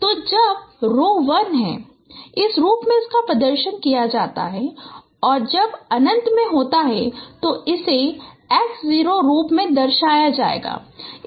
तो जब रो 1 है इस रूप में इसका प्रदर्शन किया जाता है और जब अनंत में होता है तो इसे इस x 0 रूप में दर्शाया जाएगा